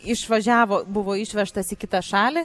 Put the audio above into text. išvažiavo buvo išvežtas į kitą šalį